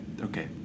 Okay